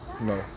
No